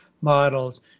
models